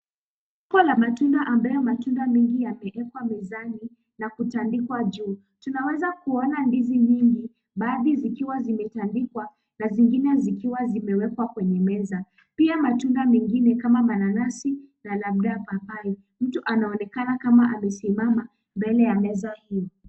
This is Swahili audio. Mfuko wa matunda ambayo matunda mengi yameekwa mezani na kutandikwa juu tunaweza kuona ndizi nyingi baadhi zikiwa zimetandikwa na zingine zikiwa zimeekwa kwenye meza, pia matunda mengine kama mananasi na labda papai, mtu anaonekana kama amesimama mbele ya meza hii.